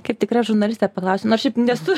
kaip tikra žurnalistė paklausiu nors šiaip nesu